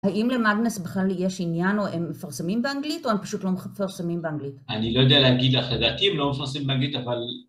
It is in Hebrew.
האם למאגנס בכלל יש עניין או הם מפרסמים באנגלית או הם פשוט לא מפרסמים באנגלית? אני לא יודע להגיד לך, לדעתי הם לא מפרסמים באנגלית אבל...